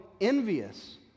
envious